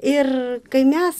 ir kai mes